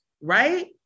right